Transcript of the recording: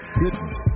goodness